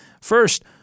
First